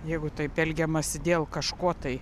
jeigu taip elgiamasi dėl kažko tai